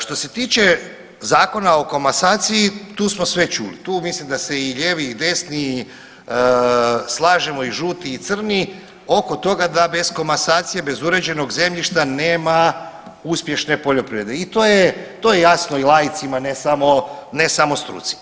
Što se tiče Zakona o komasaciji tu smo sve čuli, tu mislim da se i lijevi i desni slažemo i žuti i crni oko toga da bez komasacije, bez uređenog zemljišta nema uspješne poljoprivrede i to je jasno i laicima ne samo struci.